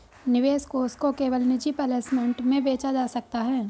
निवेश कोष को केवल निजी प्लेसमेंट में बेचा जा सकता है